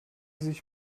sich